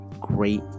great